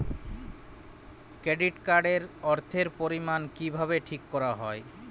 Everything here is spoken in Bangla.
কেডিট কার্ড এর অর্থের পরিমান কিভাবে ঠিক করা হয়?